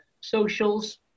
socials